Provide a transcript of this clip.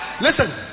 Listen